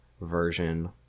version